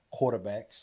quarterbacks